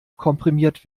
komprimiert